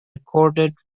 recorded